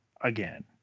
again